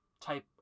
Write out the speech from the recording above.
type